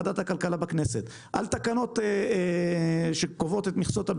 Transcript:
להמשך ההתיישבות בגבול הצפון זה אינטרס של קבוצת אינטרסים,